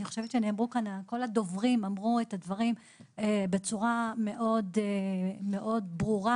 כל הדוברים אמרו את הדברים בצורה מאוד ברורה